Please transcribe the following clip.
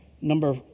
number